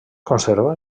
conserva